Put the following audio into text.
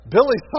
Billy